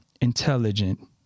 intelligent